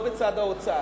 לא בצד ההוצאה.